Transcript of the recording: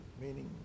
meaning